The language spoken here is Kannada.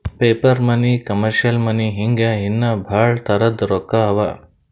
ಪೇಪರ್ ಮನಿ, ಕಮರ್ಷಿಯಲ್ ಮನಿ ಹಿಂಗೆ ಇನ್ನಾ ಭಾಳ್ ತರದ್ ರೊಕ್ಕಾ ಅವಾ